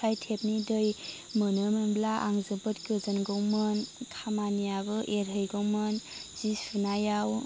फाय टेबनि दै मोनोमोनब्ला आं जोंबोद गोजोनगौमोन खामानियाबो एरहैगौमोन जि सुनायाव